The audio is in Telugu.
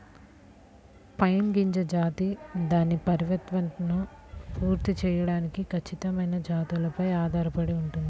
పైన్ గింజ జాతి దాని పరిపక్వతను పూర్తి చేయడానికి ఖచ్చితమైన జాతులపై ఆధారపడి ఉంటుంది